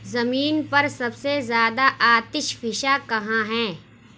زمین پر سب سے زیادہ آتش فشا کہاں ہیں